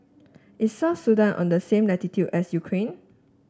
is South Sudan on the same latitude as Ukraine